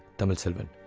tamil selvan